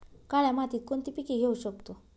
काळ्या मातीत कोणती पिके घेऊ शकतो?